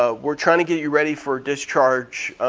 ah we're trying to get you ready for discharge